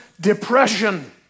depression